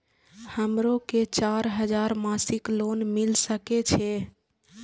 हमरो के चार हजार मासिक लोन मिल सके छे?